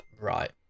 right